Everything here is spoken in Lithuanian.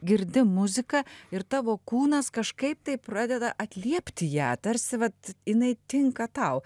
girdi muziką ir tavo kūnas kažkaip tai pradeda atliepti ją tarsi vat jinai tinka tau